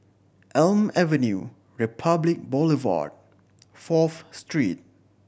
Elm Avenue Republic Boulevard Fourth Street